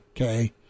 Okay